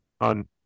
on